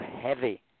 heavy